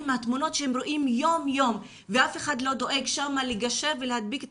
מהתמונות שהם רואים יום יום ואף אחד לא דואג שם לגשר ולהדביק את